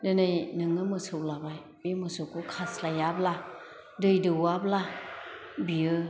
दिनै नोङो मोसौ लाबाय बे मोसौखौ खास्लायाब्ला दै दौवाब्ला बियो